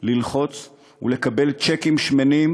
ללחוץ ולקבל צ'קים שמנים,